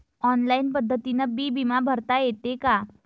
Online पद्धतीनं बी बिमा भरता येते का?